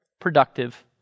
productive